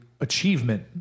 achievement